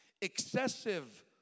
Excessive